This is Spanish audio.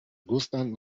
gustan